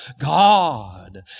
God